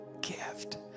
gift